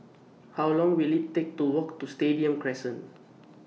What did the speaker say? How Long Will IT Take to Walk to Stadium Crescent